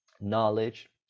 knowledge